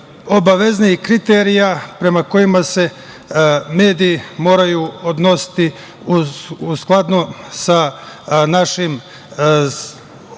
obaveznih kriterija prema kojima se mediji moraju odnositi u skladu sa našim građanima,